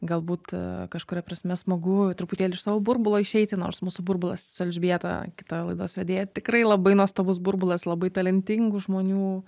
galbūt kažkuria prasme smagu truputėlį iš savo burbulo išeiti nors mūsų burbulas su elžbieta kita laidos vedėja tikrai labai nuostabus burbulas labai talentingų žmonių